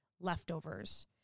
leftovers